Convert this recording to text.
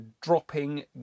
dropping